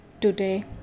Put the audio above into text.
Today